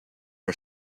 are